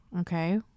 okay